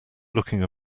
looking